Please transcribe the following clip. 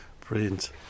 brilliant